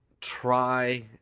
try